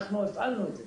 אנחנו הפעלנו את זה,